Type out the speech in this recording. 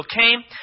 came